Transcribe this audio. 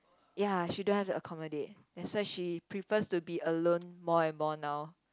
ya she don't have to accommodate that's why she prefers to be alone more and more now